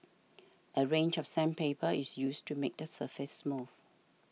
a range of sandpaper is used to make the surface smooth